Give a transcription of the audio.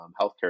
healthcare